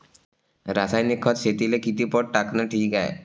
रासायनिक खत शेतीले किती पट टाकनं ठीक हाये?